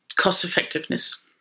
cost-effectiveness